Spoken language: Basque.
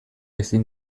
ezin